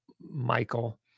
Michael